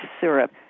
syrup